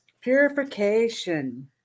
purification